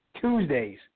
Tuesdays